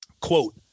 Quote